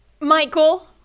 Michael